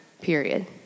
period